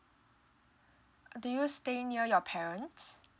do you stay near your parents